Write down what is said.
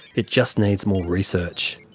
it just needs more research.